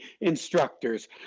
instructors